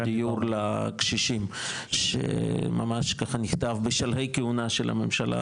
דיור לקשישים שממש ככה נכתב בשלהי כהונה של הממשלה